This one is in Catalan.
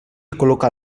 col·locar